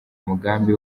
umugambi